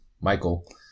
Michael